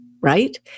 right